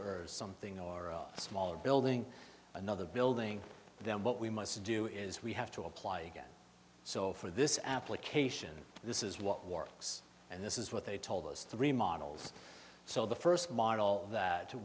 or something or a smaller building another building then what we must do is we have to apply again so for this application this is what war is and this is what they told us three models so the first model that too